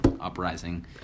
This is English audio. Uprising